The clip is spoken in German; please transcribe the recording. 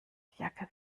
jacke